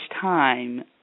time